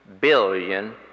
billion